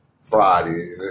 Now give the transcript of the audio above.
Friday